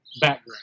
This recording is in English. background